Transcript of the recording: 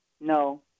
No